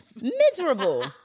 Miserable